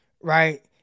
right